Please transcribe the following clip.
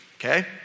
okay